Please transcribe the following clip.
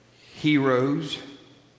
heroes